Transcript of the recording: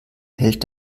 hält